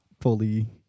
fully